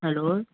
hello